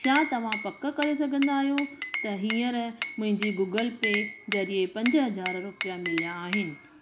छा तव्हां पक करे सघंदा आहियो त हीअंर मुंहिंजी गूगल पे ज़़रिए पंज हज़ार रुपिया मिलिया आहिनि